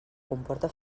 comporta